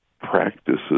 practices